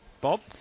Bob